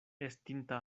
estinta